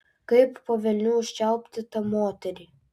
kaip po velnių užčiaupti tą moterį